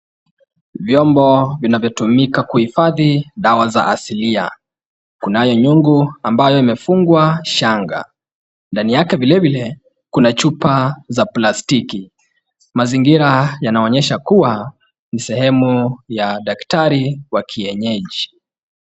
Vyombo vinavyotumika kuhifadhi dawa za asilia. Kunayo nyungu ambayo imefungwa shanga. Ndani yake vilevile kuna chupa za plastiki. Mazingira yanaonyesha kuwa ni sehemu ya daktari wa kienyeji.